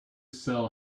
sell